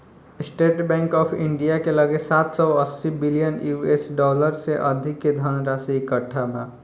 estate Bank of India के लगे सात सौ अस्सी बिलियन यू.एस डॉलर से अधिक के धनराशि इकट्ठा बा